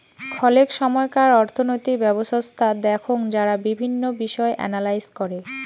খলেক সময়কার অর্থনৈতিক ব্যবছস্থা দেখঙ যারা বিভিন্ন বিষয় এনালাইস করে